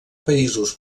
països